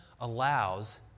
allows